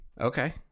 Okay